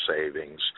savings